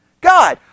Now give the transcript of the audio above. God